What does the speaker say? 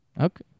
Okay